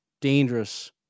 dangerous